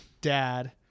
dad